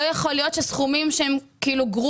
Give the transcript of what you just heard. לא יכול להיות שסכומים שהם גרושים,